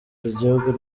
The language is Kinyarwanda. igihugu